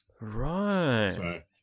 Right